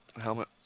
helmet